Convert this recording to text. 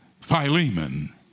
Philemon